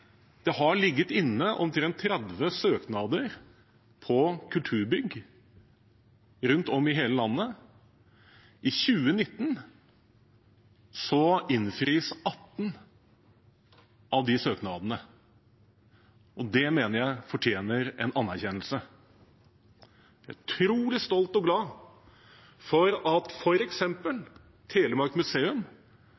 Det har ligget inne omtrent 30 søknader på kulturbygg rundt om i hele landet. I 2019 innfris 18 av de søknadene, og det mener jeg fortjener en anerkjennelse. Jeg er utrolig stolt av og glad for at